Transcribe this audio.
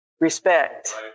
respect